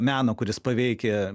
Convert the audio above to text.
meno kuris paveikia